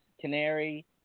Canary